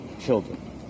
children